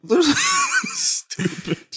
Stupid